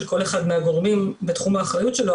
כל אחד מהגורמים בתחום האחריות שלו,